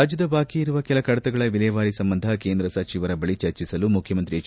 ರಾಜ್ಡದ ಬಾಕಿ ಇರುವ ಕೆಲ ಕಡತಗಳ ವಿಲೇವಾರಿ ಸಂಬಂಧ ಕೇಂದ್ರ ಸಚಿವರ ಬಳಿ ಚರ್ಚಿಸಲು ಮುಖ್ಯಮಂತ್ರಿ ಎಚ್